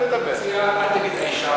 סליחה, סליחה.